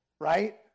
right